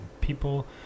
people